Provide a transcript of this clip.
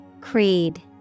Creed